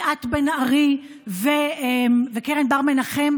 ליאת בן-ארי וקרן בר-מנחם,